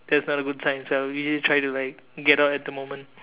that's not a good sign so I'll usually try to like get out at the moment